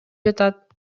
жатат